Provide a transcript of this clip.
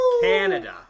Canada